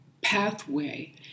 pathway